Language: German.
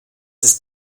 ist